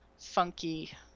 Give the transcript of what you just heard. funky